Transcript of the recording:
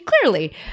clearly